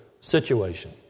situation